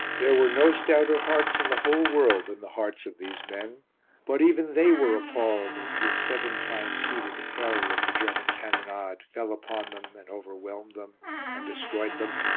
there were no stouter hearts in the whole world than the hearts of these men but even they were appalled as this seven-times-heated hell of the german cannonade fell upon them and overwhelmed them and destroyed them.